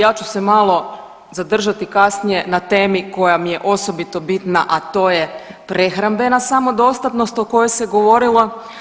Ja ću se malo zadržati kasnije na temi koja mi je osobito bitna, a to je prehrambena samodostatnost o kojoj se govorilo.